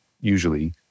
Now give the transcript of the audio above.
usually